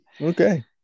Okay